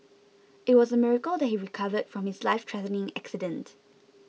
it was a miracle that he recovered from his lifethreatening accident